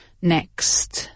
Next